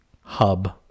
hub